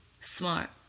smart